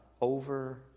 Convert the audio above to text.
over